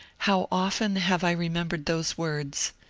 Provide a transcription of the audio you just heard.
how often have i remembered those words!